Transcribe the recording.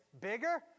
bigger